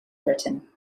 britain